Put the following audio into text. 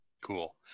Cool